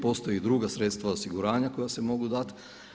Postoje i druga sredstva osiguranja koja se mogu dati.